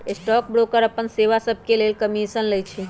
stock broker अप्पन सेवा सभके लेल कमीशन लइछइ